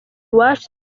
iwacu